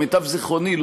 למיטב זיכרוני,